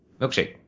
Milkshake